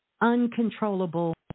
uncontrollable